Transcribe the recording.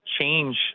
change